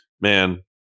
man